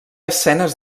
escenes